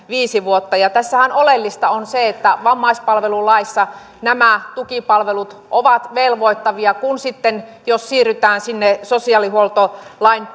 vuotta tässähän oleellista on se että vammaispalvelulaissa nämä tukipalvelut ovat velvoittavia kun sitten silloin jos siirrytään sinne sosiaalihuoltolain